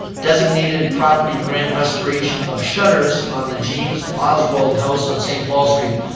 designated property grant restoration of shutters on the james oswald house on st. paul street.